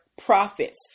Profits